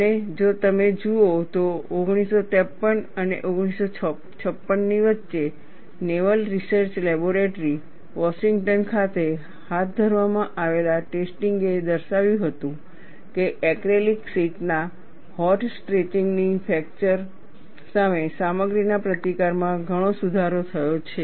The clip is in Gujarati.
અને જો તમે જુઓ તો 1953 અને 1956 ની વચ્ચે નેવલ રિસર્ચ લેબોરેટરી વોશિંગ્ટન ખાતે હાથ ધરવામાં આવેલા ટેસ્ટિંગ એ દર્શાવ્યું હતું કે એક્રેલિક શીટ ના હોટ સ્ટ્રેચિંગ થી ફ્રેક્ચર સામે સામગ્રીના પ્રતિકાર માં ઘણો સુધારો થયો છે